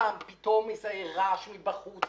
למשל, פתאום איזה רעש מבחוץ.